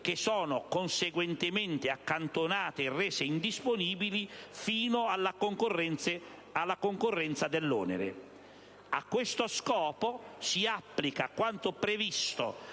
che sono conseguentemente accantonate e rese indisponibili fino a concorrenza dell'onere. A questo scopo si applica quanto previsto